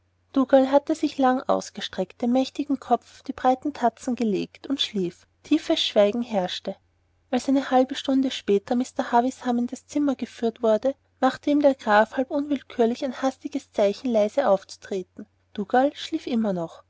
dougal hatte sich lang ausgestreckt den mächtigen kopf auf die breiten tatzen gelegt und schlief tiefes schweigen herrschte als eine halbe stunde später mr havisham in das zimmer geführt wurde machte ihm der graf halb unwillkürlich ein hastiges zeichen leise aufzutreten dougal schlief noch